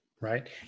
Right